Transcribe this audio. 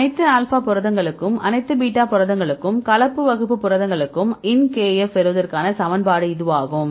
அனைத்து ஆல்பா புரதங்களுக்கும் அனைத்து பீட்டா புரதங்களுக்கும் கலப்பு வகுப்பு புரதங்களுக்கும் ln kf பெறுவதற்கான சமன்பாடு இதுவாகும்